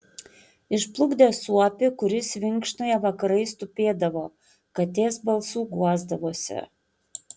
išplukdė suopį kuris vinkšnoje vakarais tupėdavo katės balsu guosdavosi